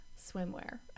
swimwear